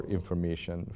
information